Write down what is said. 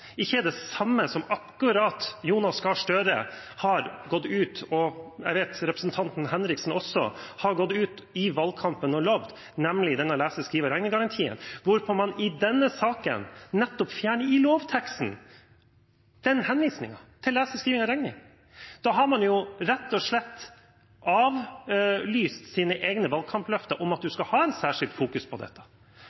ikke er akkurat det samme som Jonas Gahr Støre og også representanten Henriksen gikk ut i valgkampen og lovte, nemlig lese-, skrive- og regnegarantien, hvorpå man i denne saken nettopp fjerner henvisningen til lesing, skriving og regning i lovteksten. Da har man rett og slett avlyst sine egne valgkampløfter om at